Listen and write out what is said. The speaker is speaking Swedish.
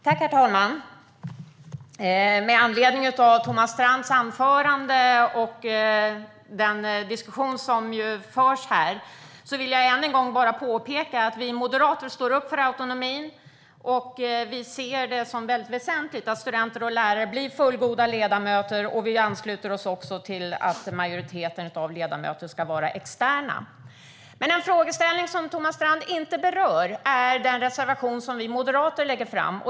Herr talman! Med anledning av Thomas Strands anförande och den diskussion som förs här vill jag än en gång bara påpeka att vi moderater står upp för autonomin. Vi ser det som väsentligt att studenter och lärare blir fullgoda ledamöter. Vi ansluter oss också till att majoriteten av ledamöter ska vara externa. En frågeställning som Thomas Strand inte berör ingår i den reservation som vi moderater lägger fram.